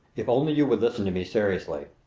if only you would listen to me seriously!